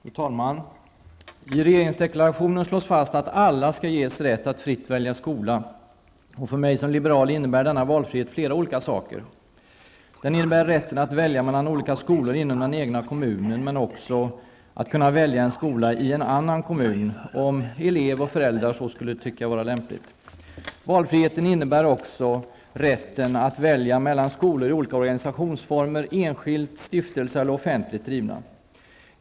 Fru talman! I regeringsdeklarationen slås fast att alla skall ges rätt att fritt välja skola. För mig som liberal innebär denna valfrihet flera olika saker. Den innebär rätten att välja mellan olika skolor inom den egna kommunen men också rätten att välja en skola i en annan kommun om elev och föräldrar skulle tycka detta vara lämpligt. Valfriheten innebär också rätten att välja mellan skolor med olika organisationsformer, enskilt drivna -- som stiftelse -- eller offentligt drivna.